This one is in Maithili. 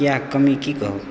किएक कमी की कहू